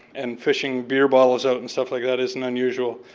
and fishing beer bottles out and stuff like that isn't unusual.